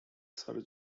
sir